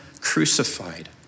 crucified